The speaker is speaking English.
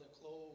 clothes